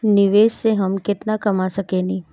निवेश से हम केतना कमा सकेनी?